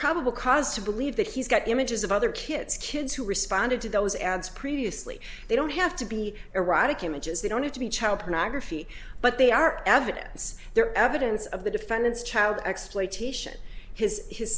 probable cause to believe that he's got images of other kids kids who responded to those ads previously they don't have to be erotic images they don't need to be child pornography but they are evidence they're evidence of the defendant's child exploitation his his